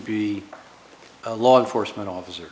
be a law enforcement officer